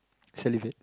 salivate